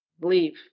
Leave